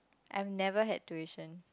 I had never had tuition